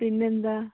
പിന്നെ എന്താണ്